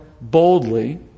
boldly